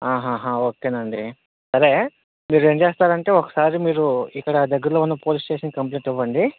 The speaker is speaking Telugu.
అహహా ఓకేనండీ సరే మీరు ఏం చేస్తారంటే ఒకసారి మీరు ఇక్కడ దగ్గరలో ఉన్న పోలీస్ స్టేషన్ కంప్లైంట్ ఇవ్వండి